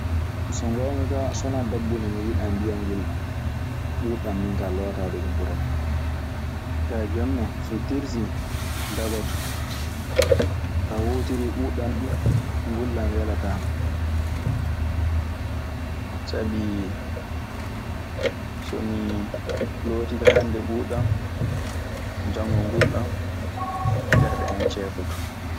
So ngoonga kaa, so wanaa dabbunde mi yiɗaa ndiyan ngulɗan. Ɓuuɓɗan min kaa lootaade ɗun ɓuranikan. Kaa jooni non, so tirsii dagoto. A woowtirii ɓuuɓɗan du, ngulɗan welataama. Sabi so mi lootike hannde ɓuuɓɗan, janngo ngulɗan, terɗe an ceekoto.